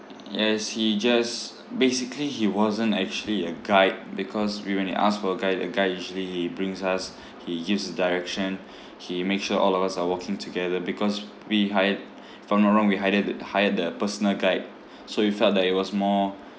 yes he just basically he wasn't actually a guide because we when we ask for a guide a guide usually he brings us he gives the direction he make sure all of us are walking together because we hired from you all we hided the hired the personal guide so we felt that it was more